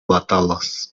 batalas